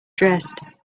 dressed